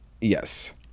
Yes